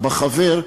בחבר,